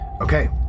Okay